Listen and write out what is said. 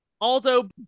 Aldo